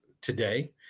today